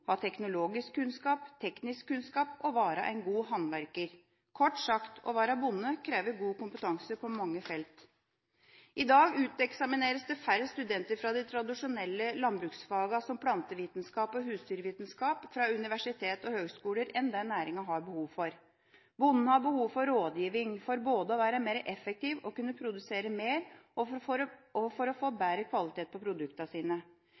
ha teknologisk og teknisk kunnskap, og man skal være en god håndverker – kort sagt: Å være bonde krever god kompetanse på mange felt. I dag uteksamineres det færre studenter fra de tradisjonelle landbruksfagene, som plantevitenskap og husdyrvitenskap, fra universiteter og høgskoler enn næringa har behov for. Bonden har behov for rådgiving, for både å være mer effektiv og kunne produsere mer og for å få bedre kvalitet på produktene sine.